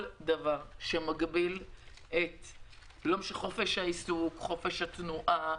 כל דבר שמגביל את חופש העיסוק, חופש התנועה,